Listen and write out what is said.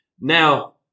Now